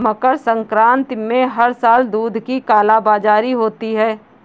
मकर संक्रांति में हर साल दूध की कालाबाजारी होती है